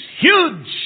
huge